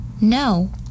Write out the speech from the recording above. No